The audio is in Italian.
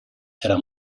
era